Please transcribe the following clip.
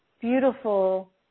beautiful